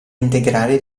integrare